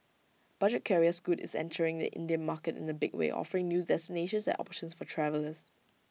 budget carrier scoot is entering the Indian market in A big way offering new destinations and options for travellers